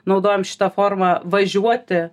naudojam šitą formą važiuoti